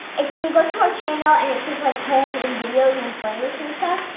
it's when you go to our channel and it's says like home and videos and and playlists and stuff.